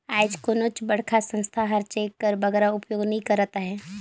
आएज कोनोच बड़खा संस्था हर चेक कर बगरा उपयोग नी करत अहे